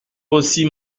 aussi